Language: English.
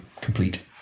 Complete